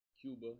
Cuba